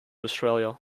australia